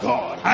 God